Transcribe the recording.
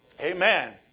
Amen